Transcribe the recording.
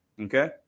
okay